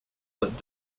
that